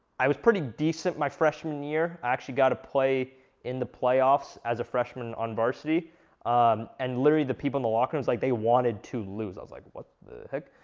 i was pretty decent my freshman year i actually got to play in the playoffs as a freshman on varsity and literally, the people in the locker rooms like, they wanted to lose i was like, what the heck?